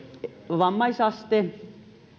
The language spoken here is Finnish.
vammaisuusaste